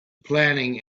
planning